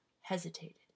hesitated